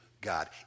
God